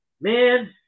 Man